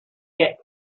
get